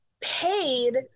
paid